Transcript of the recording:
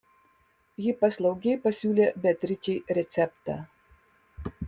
ji paslaugiai pasiūlė beatričei receptą